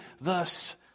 thus